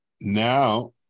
now